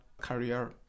career